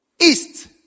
East